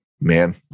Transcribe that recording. man